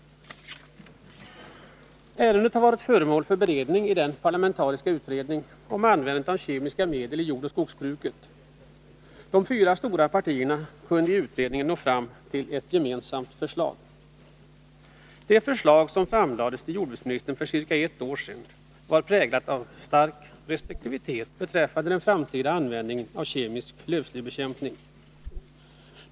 Ärendet har varit föremål för behandling i den parlamentariska utredningen Användandet av kemiska medel i jordoch skogsbruket. De fyra stora partierna kunde i utredningen nå fram till ett gemensamt förslag. Det förslag som framlades för jordbruksministern för ca ett år sedan präglades av stark restriktivitet beträffande den framtida användningen av kemisk lövslybekämpning.